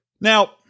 Now